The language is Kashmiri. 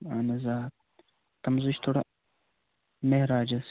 اَہَن حظ آ تَتھ منٛز حظ چھِ تھوڑا معراج حظ